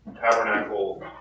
tabernacle